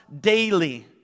daily